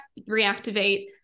reactivate